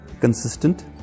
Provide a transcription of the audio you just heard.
consistent